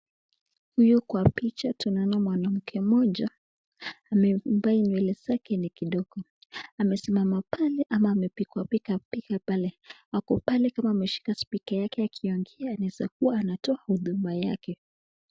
Huyu kwa picha tunaona mwanamke mmoja amevaa nywele zake ni kidogo, amesimama pale ama amepikapika pale. Ako pale kama ameshika spika yake akiongea anaweza kuwa anatoa hotuba yake.